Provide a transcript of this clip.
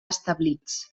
establits